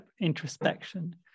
introspection